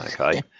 okay